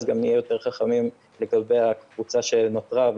נהיה יותר חכמים לגבי הקבוצה שנותרה,